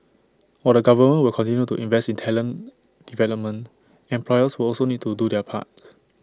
while the government will continue to invest in talent development employers will also need to do their part